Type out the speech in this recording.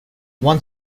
one